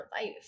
life